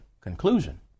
conclusion